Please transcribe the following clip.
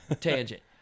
tangent